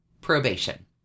probation